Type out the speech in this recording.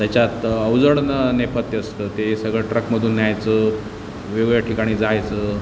त्याच्यात अवजड न नेपथ्य असतं ते सगळं ट्रकमधून न्यायचं वेगवेगळ्या ठिकाणी जायचं